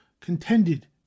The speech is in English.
contended